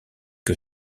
que